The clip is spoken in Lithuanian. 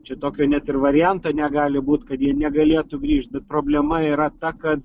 čia tokio net ir varianto negali būt kad jie negalėtų grįžt bet problema yra ta kad